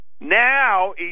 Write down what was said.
Now